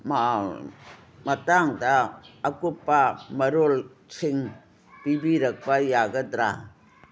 ꯃꯇꯥꯡꯗ ꯑꯀꯨꯞꯄ ꯃꯔꯣꯜꯁꯤꯡ ꯄꯤꯕꯤꯔꯛꯄ ꯌꯥꯒꯗ꯭ꯔꯥ